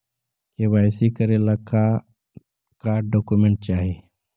KYC करे ला का का डॉक्यूमेंट चाही?